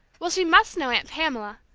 well, she must know aunt pamela,